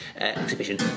exhibition